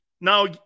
Now